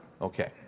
Okay